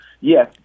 yes